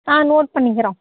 ஆ note பண்ணிக்கிறேன்